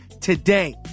today